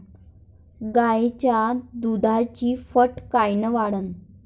गाईच्या दुधाची फॅट कायन वाढन?